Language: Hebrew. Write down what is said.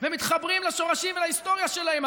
ומתחברים לשורשים ולהיסטוריה שלהם.